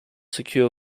secure